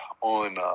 on